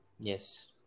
Yes